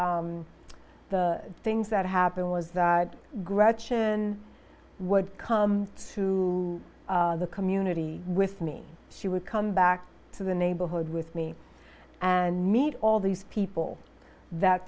the things that happened was that gretchen would come to the community with me she would come back to the neighborhood with me and meet all these people that